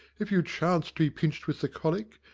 if you chance to be pinched with the colic,